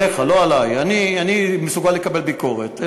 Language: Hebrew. אתה,